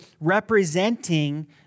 representing